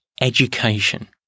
education